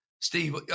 Steve